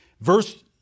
Verse